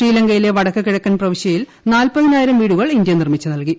ശ്രീലങ്കയിലെ വടക്ക് കിഴക്കൻ പ്രവിശ്യയിൽ നാൽപ്പതിനായിരം വീടുകൾ ഇന്ത്യ നിർമ്മിച്ച് നല്കി